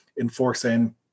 enforcing